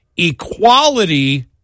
equality